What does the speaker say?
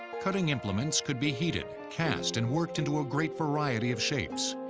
cutting implements could be heated, cast and worked into a great variety of shapes.